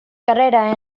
carreras